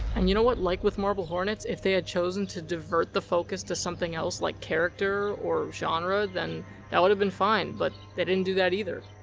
and you know what, like with marble hornets, if they had chosen to divert the focus to something else, like character or genre, then that would have been fine. but, they didn't do that either.